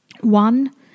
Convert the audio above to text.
One